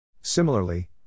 Similarly